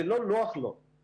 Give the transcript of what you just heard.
זה לא נוח לחיל האוויר,